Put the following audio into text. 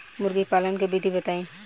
मुर्गीपालन के विधी बताई?